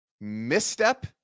misstep